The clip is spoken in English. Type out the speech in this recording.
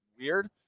weird